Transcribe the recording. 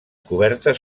cobertes